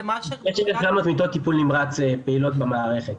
זה מה ש --- יש 1,700 מיטות טיפול נמרץ פעילות במערכת,